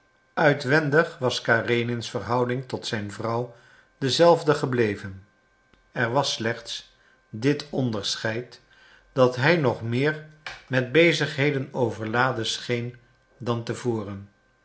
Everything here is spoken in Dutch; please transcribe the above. uitwendig was karenins verhouding tot zijn vrouw dezelfde gebleven er was slechts dit onderscheid dat hij nog meer met bezigheden overladen scheen dan te voren